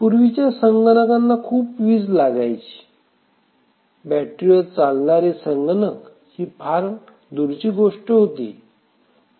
पूर्वीच्या संगणकांना खूप विज लागायची बॅटरीवर चालणारे संगणक ही फार दूरची गोष्ट होती